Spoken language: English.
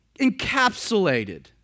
encapsulated